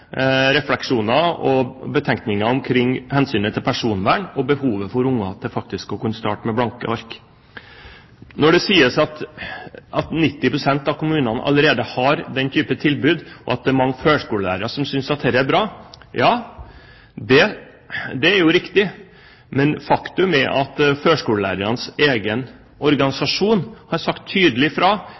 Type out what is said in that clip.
refleksjoner og betenkninger omkring hensynet til personvern og behovet for barn til faktisk å kunne starte med blanke ark. Når det sies at 90 pst. av kommunene allerede har denne typen tilbud, og at det er mange førskolelærere som synes dette er bra, så er det riktig. Men faktum er at førskolelærernes egen organisasjon har sagt tydelig fra